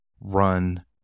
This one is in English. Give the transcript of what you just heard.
run